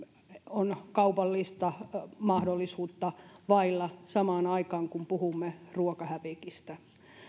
on vailla kaupallista mahdollisuutta samaan aikaan kun puhumme ruokahävikistä